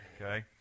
okay